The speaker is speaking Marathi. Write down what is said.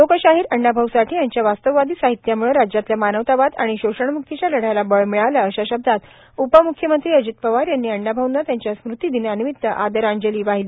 लोकशाहीर अण्णाभाऊ साठे यांच्या वास्तववादी साहित्याम्ळे राज्यातल्या मानवतावाद आणि शोषणम्क्तीच्या लढ्याला बळ मिळालं अशा शब्दात उपम्ख्यमंत्री अजित पवार यांनी अण्णाभाऊंना त्यांच्या स्मृतीदिनानिमित्त आदरांजली वाहिली